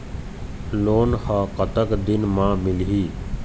Loan ह कतक दिन मा मिलही?